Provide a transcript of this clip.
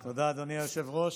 תודה, אדוני היושב-ראש.